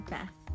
Beth